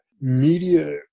media